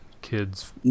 kids